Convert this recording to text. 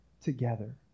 together